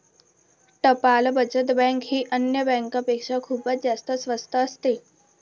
टपाल बचत बँक ही अन्य बँकांपेक्षा खूपच जास्त स्वस्त असते